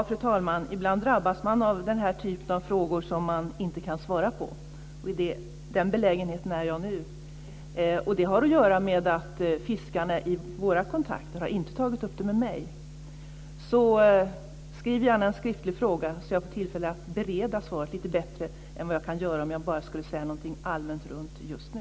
Fru talman! Ibland drabbas man av den här typen av frågor som man inte kan svara på. I den belägenheten är jag nu. Det har att göra med att fiskarna i våra kontakter inte har tagit upp det med mig. Skriv gärna en skriftlig fråga så att jag får tillfälle att bereda svaret lite bättre än vad jag kan göra om jag bara skulle svara allmänt just nu.